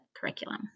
curriculum